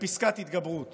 בפסקת התגברות